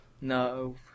No